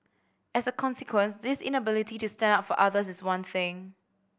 as a consequence this inability to stand up for others is one thing